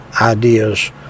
ideas